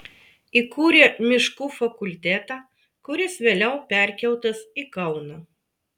įkūrė miškų fakultetą kuris vėliau perkeltas į kauną